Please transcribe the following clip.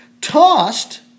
Tossed